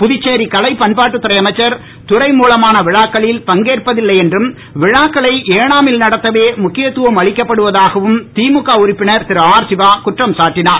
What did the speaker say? புதுச்சேரி கலை பண்பாட்டுத் துறை அமைச்சர் துறை மூலமான விழாக்களில் பங்கேற்பதில்லை என்றும் விழாக்களை ஏனாமில் நடத்தவே முக்கியத்துவம் அளிக்கப்படுவதாகவும் திமுக உறுப்பினர் திரு ஆர் சிவா குற்றம் சாட்டினார்